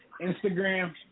Instagram